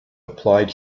applied